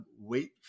wait